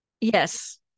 Yes